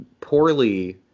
poorly